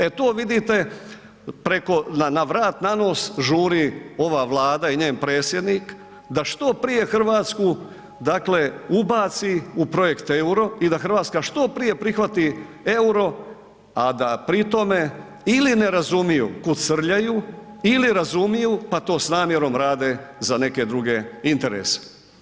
E to vidite preko na vrat na nos žuri ova Vlada i njen predsjednik da što prije Hrvatsku ubaci u projekt euro i da Hrvatska što prije prihvati euro, a da pri tome ili ne razumiju kud srljaju ili razumiju pa to s namjerom rade za neke druge interese.